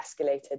escalated